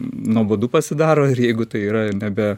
nuobodu pasidaro ir jeigu tai yra nebe